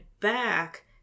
back